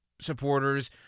supporters